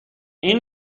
این